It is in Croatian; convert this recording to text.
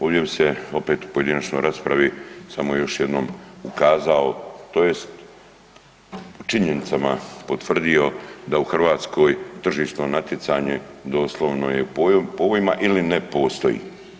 Ovdje bi se opet u pojedinačnoj raspravi samo još jednom ukazao tj. činjenicama potvrdio da u Hrvatskoj tržišno natjecanje doslovno je u povojima ili ne postoji.